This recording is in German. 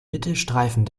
mittelstreifen